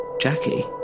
Jackie